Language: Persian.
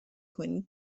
کنی